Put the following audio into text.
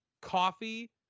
coffee